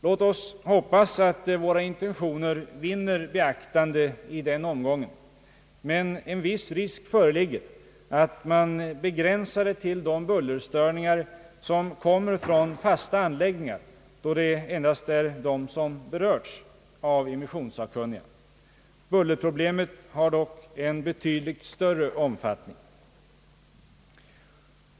Låt oss hoppas att våra intentioner vinner beaktande i den omgången, men en viss risk föreligger att man begränsar det till de bullerstörningar som kommer från fasta anläggningar, då det endast är de som berörts av immissionssakkunniga. Bullerproblemet har dock en betydligt större omfattning.